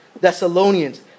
Thessalonians